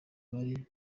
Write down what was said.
bari